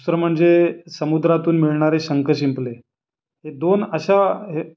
दुसरं म्हणजे समुद्रातून मिळणारे शंख शिंपले हे दोन अशा हे